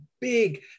big